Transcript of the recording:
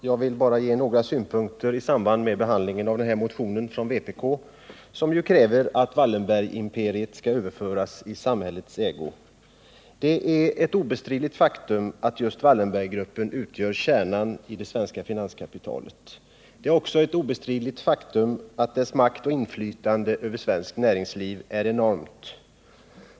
Herr talman! Jag vill ge några synpunkter på den motion vi behandlar från vpk som kräver att Wallenbergimperiet överföres i samhällets ägo. Det är obestridligt att just Wallenberggruppen utgör kärnan i det svenska finanskapitalet och det är också obestridligt att dess makt och inflytande över svenkt näringsliv är enormt.